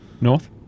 North